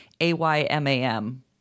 A-Y-M-A-M